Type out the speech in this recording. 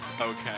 Okay